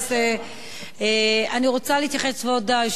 כבוד היושב-ראש וחברי הכנסת,